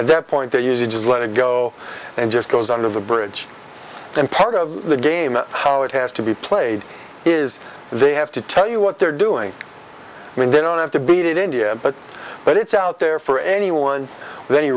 at that point they use it just let it go and just goes under the bridge and part of the game how it has to be played is they have to tell you what they're doing when they don't have to beat it india but it's out there for anyone